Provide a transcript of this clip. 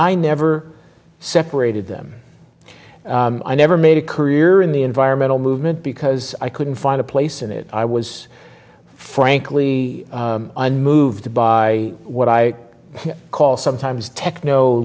i never separated them i never made a career in the environmental movement because i couldn't find a place in it i was frankly unmoved by what i call sometimes techno